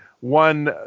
one